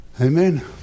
Amen